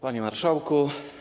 Panie Marszałku!